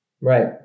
right